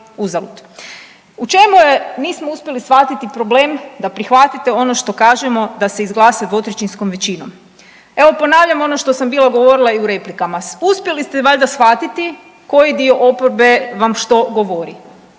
U čemu je, nismo uspjeli shvatiti, problem da prihvatite ono što kažemo da se izglasa 2/3 većinom? Evo ponavljam ono što sam bila govorila i u replikama. Uspjeli ste valjda shvatiti koji dio oporbe vam što govori.